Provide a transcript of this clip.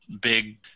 big